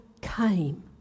came